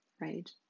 right